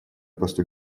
посту